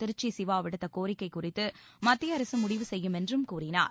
திருச்சி சிவா விடுத்த கோரிக்கை குறித்து மத்திய அரசு முடிவு செய்யுமென்றும் கூறினார்